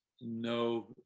No